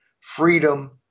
freedom